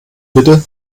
bitte